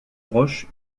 roche